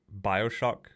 Bioshock